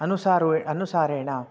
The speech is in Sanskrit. अनुसारेण अनुसारेण